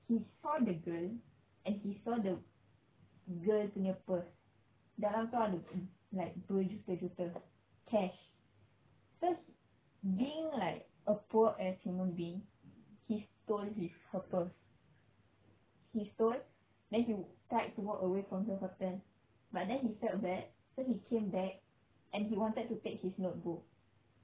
he saw the girl and he saw the girl punya purse dalam tu ada like berjuta-juta cash so being like a poor ass human being he stole his her purse he stole then he tried to walk away from her hotel but then he felt bad then he came back and he wanted to take his notebook